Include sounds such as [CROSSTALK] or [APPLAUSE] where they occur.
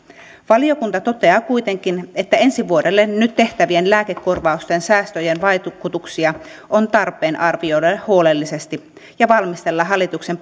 valiokunta toteaa kuitenkin että ensi vuodelle nyt tehtävien lääkekorvausten säästöjen vaikutuksia on tarpeen arvioida huolellisesti ja valmistella hallituksen [UNINTELLIGIBLE]